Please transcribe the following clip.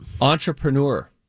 Entrepreneur